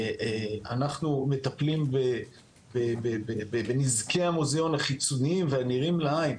אנחנו מטפלים בנזקי המוזיאון החיצוניים והנראים לעין,